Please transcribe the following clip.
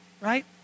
right